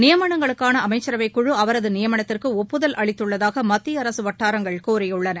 நியமனங்களுக்கான அமைச்சரவைக்குழு அவரது நியமனத்திற்கு ஒப்புதல் அளித்துள்ளதாக மத்திய அரசு வட்டாரங்கள் கூறியுள்ளன